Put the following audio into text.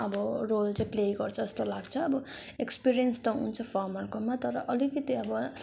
अब रोल चाहिँ प्ले गर्छ जस्तो लाग्छ अब एक्सपिरियन्स त हुन्छ फार्मरकोमा तर अलिकति अब